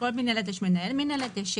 בכל מינהלת יש מנהל מינהלת, יש